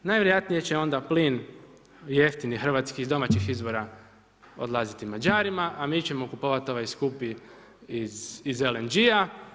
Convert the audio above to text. Najvjerojatnije će onda plin jeftini hrvatski iz domaćih izvora odlaziti Mađarima, a mi ćemo kupovati ovaj skupi iz LNG-a.